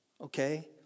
Okay